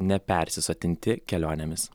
nepersisotinti kelionėmis